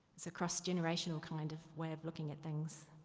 it's a cross-generational kind of way of looking at things.